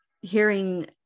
hearing